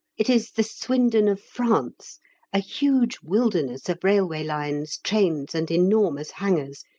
it is the swindon of france a huge wilderness of railway lines, trains, and enormous hangars,